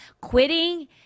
Quitting